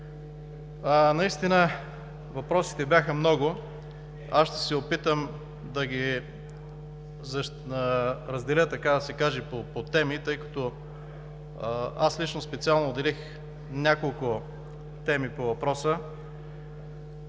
Наистина въпросите бяха много. Ще се опитам да ги разделя по теми, тъй като аз лично специално отделих няколко теми по въпроса